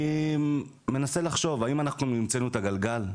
אני מנסה לחשוב האם אנחנו המצאנו את הגלגל?